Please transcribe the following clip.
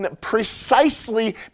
precisely